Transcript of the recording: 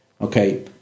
Okay